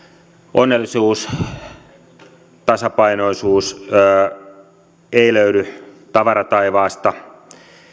onnellisuus ja tasapainoisuus eivät löydy tavarataivaasta